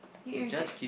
you irritate